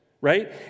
right